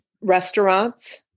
restaurants